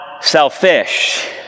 selfish